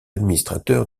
administrateur